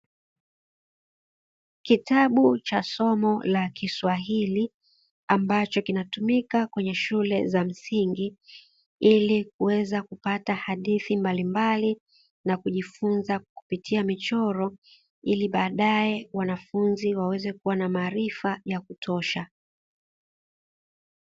Kitabu cha somo la kiswahili, ambacho kinatumika kwenye shule za msingi ili kuweza kupata hadithi mbalimbali, na kujifunza kupitia michoro, Ili baadae wanafunzi waweze kuwa na maarifa ya kutosha.